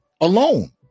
alone